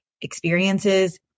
experiences